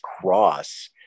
cross